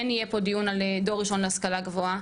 כן יהיה פה דיון על דור ראשון להשכלה גבוהה,